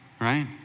right